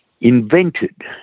invented